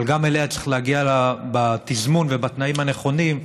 אבל גם אליה צריך להגיע בתזמון ובתנאים הנכונים,